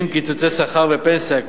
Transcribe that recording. עם קיצוצי שכר ופנסיה,